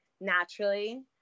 naturally